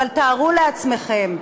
אבל תארו לעצמכם,